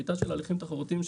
שיטה של הליכים תחרותיים,